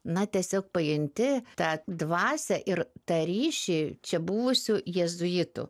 na tiesiog pajunti tą dvasią ir tą ryšį čia buvusių jėzuitų